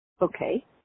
Okay